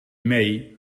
mee